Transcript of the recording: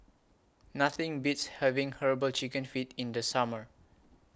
Nothing Beats having Herbal Chicken Feet in The Summer